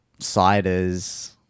ciders